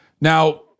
Now